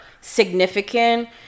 significant